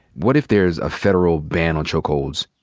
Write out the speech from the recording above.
what if there's a federal ban on chokeholds?